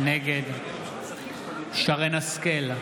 נגד שרן מרים השכל,